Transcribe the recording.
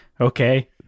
Okay